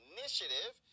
Initiative